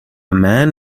man